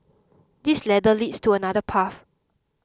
this ladder leads to another path